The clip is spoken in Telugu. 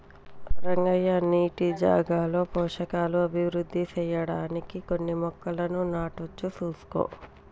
రంగయ్య నీటి జాగాలో పోషకాలు అభివృద్ధి సెయ్యడానికి కొన్ని మొక్కలను నాటవచ్చు సూసుకో